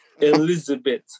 Elizabeth